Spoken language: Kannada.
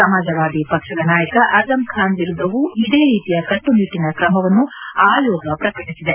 ಸಮಾಜವಾದಿ ಪಕ್ಷದ ನಾಯಕ ಅಜ಼ಂ ಖಾನ್ ವಿರುದ್ದವೂ ಇದೇ ರೀತಿಯ ಕಟ್ಸುನಿಟ್ಟಿನ ಕ್ರಮವನ್ನು ಆಯೋಗ ಪ್ರಕಟಿಸಿದೆ